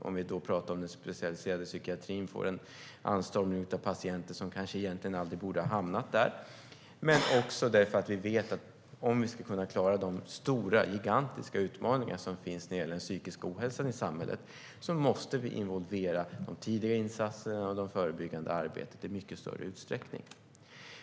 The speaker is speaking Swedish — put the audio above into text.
Om vi talar om den specialiserade psykiatrin kan den få en anstormning av patienter som kanske egentligen aldrig borde ha hamnat där. Men vi vet också att om vi ska kunna klara de stora, gigantiska, utmaningar som finns när det gäller den psykiska ohälsan i samhället måste vi involvera de tidiga insatserna och det förebyggande arbetet i mycket större utsträckning.